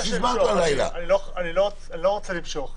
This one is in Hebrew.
יש לי --- אני לא רוצה למשוך,